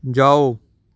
ਜਾਓ